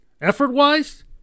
Effort-wise